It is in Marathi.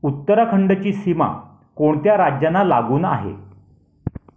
उत्तराखंडची सीमा कोणत्या राज्यांना लागून आहे